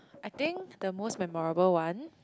I think the most memorable one